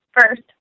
First